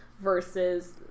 versus